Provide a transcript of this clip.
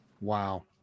Wow